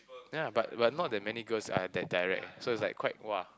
ya but but not that many girls are that direct eh so it's like quite !wah!